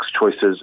choices